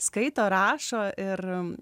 skaito rašo ir